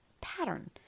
pattern